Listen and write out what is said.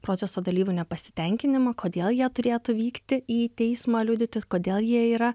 proceso dalyvių nepasitenkinimą kodėl jie turėtų vykti į teismą liudyti kodėl jie yra